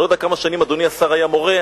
אני לא יודע כמה שנים אדוני השר היה מורה.